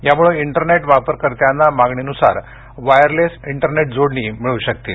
यामुळे इंटरनेट वापरकर्त्यांना मागणीनुसार वायरलेस इंटरनेट जोडणी मिळतील